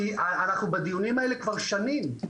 אנחנו בדיונים האלה כבר שנים.